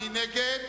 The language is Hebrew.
מי נגד?